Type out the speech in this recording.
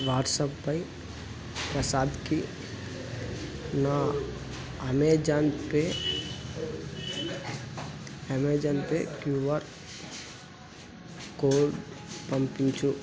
వాట్సాప్పై ప్రసాద్కి నా Amazon Pay Amazon Pay QR code పంపించు